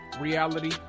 Reality